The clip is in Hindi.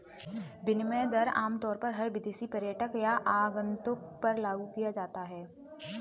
विनिमय दर आमतौर पर हर विदेशी पर्यटक या आगन्तुक पर लागू किया जाता है